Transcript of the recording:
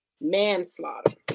manslaughter